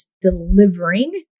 delivering